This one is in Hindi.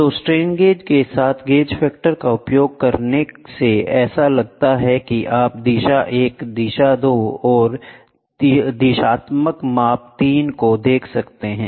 तो स्ट्रेन गेज के साथ गेज फैक्टर का उपयोग करने से ऐसा लगता है कि आप 1 दिशा 2 दिशा और 3 दिशात्मक माप को देख सकते हैं